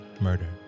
murder